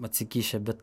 atsikišę bet